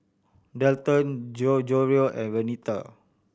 Dalton Gregorio and Renita